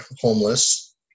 homeless